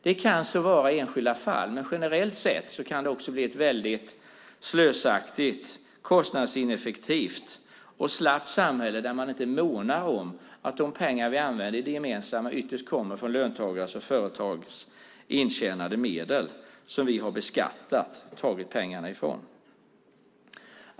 Det kan så vara i enskilda fall, men generellt sett kan det också bli ett väldigt slösaktigt, kostnadsineffektivt och slappt samhälle där man inte månar om att de pengar vi använder till det gemensamma ytterst kommer från löntagares och företags intjänade medel som vi har beskattat och tagit pengarna ifrån.